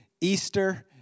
Easter